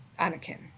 Anakin